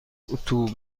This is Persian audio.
اتو